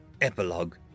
Epilogue